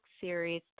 series